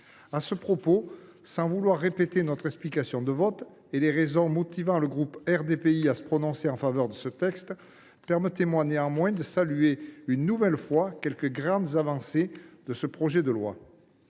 À ce propos, sans vouloir répéter notre explication de vote et les raisons motivant le groupe RDPI à se prononcer en faveur du texte, permettez moi néanmoins de saluer une nouvelle fois quelques grandes avancées que contient ce projet de loi.